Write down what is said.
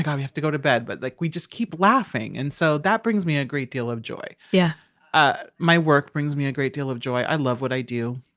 we have to go to bed. but like we just keep laughing. and so that brings me a great deal of joy yeah ah my work brings me a great deal of joy. i love what i do.